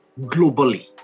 globally